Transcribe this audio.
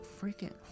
freaking